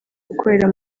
ukorera